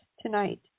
tonight